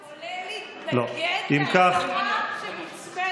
בחיים לא ראיתי ח"כ מהקואליציה עולה להתנגד להצעה שמוצמדת.